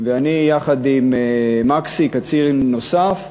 ואני, יחד עם מקסי, קצין נוסף,